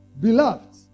Beloved